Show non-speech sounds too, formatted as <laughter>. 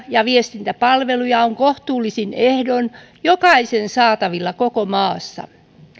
<unintelligible> ja viestintäpalveluja on kohtuullisin ehdoin jokaisen saatavilla koko maassa